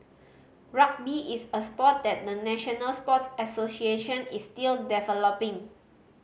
rugby is a sport that the national sports association is still developing